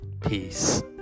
peace